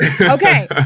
Okay